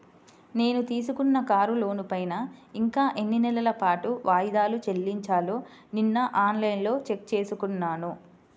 నేను తీసుకున్న కారు లోనుపైన ఇంకా ఎన్ని నెలల పాటు వాయిదాలు చెల్లించాలో నిన్నఆన్ లైన్లో చెక్ చేసుకున్నాను